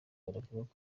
baravuga